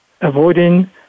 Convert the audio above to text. avoiding